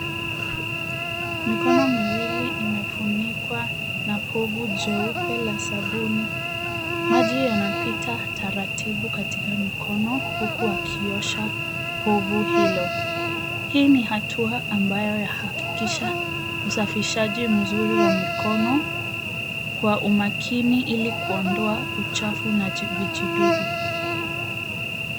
Mikono miwili imefunikwa na povu jeupe la sabuni. Maji yanapita taratibu katika mikono huku akiosha povu hilo. Hii ni hatua ambayo yahakikisha usafishaji mzuri wa mikono kwa umakini ili kuondoa uchafu na vijidudu.